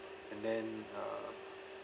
and then uh